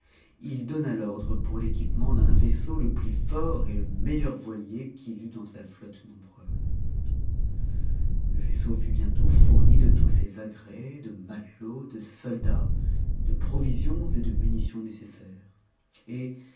il donna l'ordre pour l'équipement d'un vaisseau le plus fort et le meilleur voilier qu'il eût dans sa flotte nombreuse le vaissc fut bientôt fourni de tous ses agrès de matelots de soldats de provision et de munitions nécessaires et